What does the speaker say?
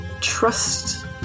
Trust